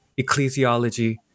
ecclesiology